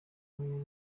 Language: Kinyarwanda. aho